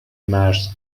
مرز